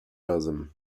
razem